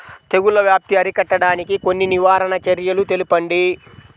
తెగుళ్ల వ్యాప్తి అరికట్టడానికి కొన్ని నివారణ చర్యలు తెలుపండి?